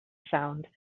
sound